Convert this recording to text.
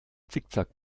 zickzack